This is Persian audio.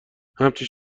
همچنین